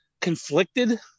conflicted